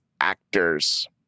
actors